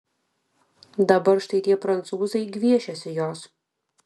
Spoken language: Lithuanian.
dabar štai tie prancūzai gviešiasi jos